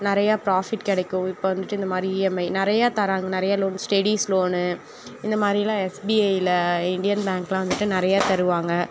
நிறையா ப்ராஃபிட் கிடைக்கும் இப்போ வந்துட்டு இந்தமாதிரி இஎம்ஐ நிறையா தராங்க நிறையா லோன் ஸ்டெடிஸ் லோனு இந்தமாதிரிலாம் எஸ்பிஐயில் இந்தியன் பேங்க்லாம் வந்துட்டு நிறையா தருவாங்க